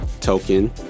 token